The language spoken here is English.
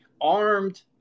armed